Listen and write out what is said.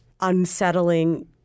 unsettling